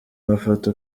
mafoto